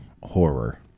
horror